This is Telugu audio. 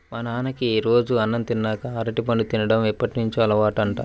మా నాన్నకి రోజూ అన్నం తిన్నాక అరటిపండు తిన్డం ఎప్పటినుంచో అలవాటంట